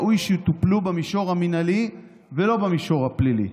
ראוי שיטופלו במישור המינהלי ולא במישור הפלילי.